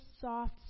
soft